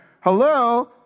Hello